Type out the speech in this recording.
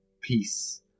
peace